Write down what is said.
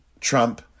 Trump